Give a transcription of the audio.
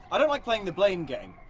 i don't like playing the blame game,